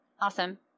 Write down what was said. awesome